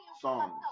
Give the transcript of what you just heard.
songs